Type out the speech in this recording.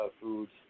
foods